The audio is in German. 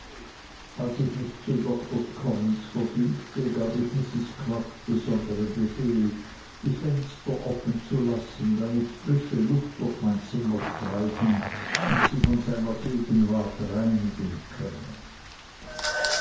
als ich mich zu doktors commons verfügte gab ich mrs crupp besondern befehl die fenster offen zu lassen damit frische luft durch mein zimmer streichen und sie von seiner gegenwart reinigen könne